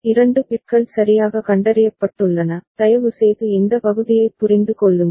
2 பிட்கள் சரியாக கண்டறியப்பட்டுள்ளன தயவுசெய்து இந்த பகுதியைப் புரிந்து கொள்ளுங்கள்